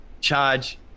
charge